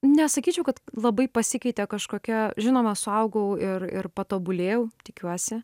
nesakyčiau kad labai pasikeitė kažkokia žinoma suaugau ir ir patobulėjau tikiuosi